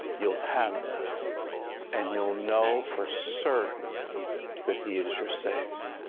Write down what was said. you'll have that and you'll know for certain that he is your savior.